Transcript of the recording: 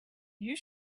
you